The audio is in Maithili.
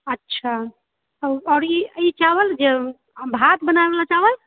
अच्छा आओर ई चावल जे भात बनाबऽ वाला चावल